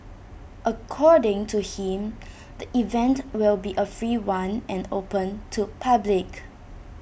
according to him the event will be A free one and open to public